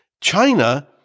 China